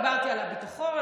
דיברתי על הביטחון,